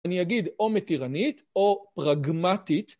אני אגיד או מתירנית או פרגמטית.